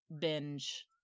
Binge